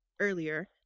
earlier